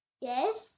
Yes